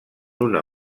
una